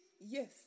Yes